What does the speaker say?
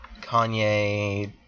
Kanye